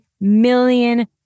million